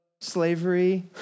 slavery